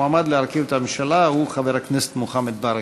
המועמד להרכיב את הממשלה הוא חבר הכנסת מוחמד ברכה.